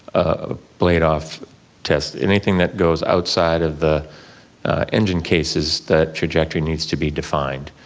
a blade off test, anything that goes outside of the engine cases, that trajectory needs to be defined,